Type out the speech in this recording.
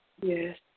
Yes